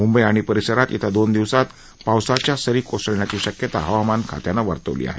मुंबई आणि परिसरात येत्या दोन दिवसांत पावसाच्या सरी कोसळण्याची शक्यता हवामान खात्यानं वर्तवली आहे